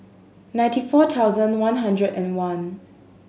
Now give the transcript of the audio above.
ninety four thousand one hundred and one